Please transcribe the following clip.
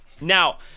Now